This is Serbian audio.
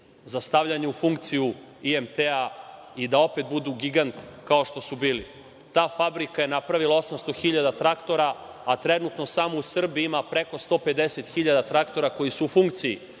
za stavljanje u funkciju IMT i da opet budu gigant kao što su bili. Ta fabrika je napravila 800 hiljada faktora, a trenutno samo u Srbiji ima preko 150 hiljada traktora koji su u funkciji